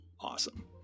Awesome